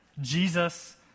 Jesus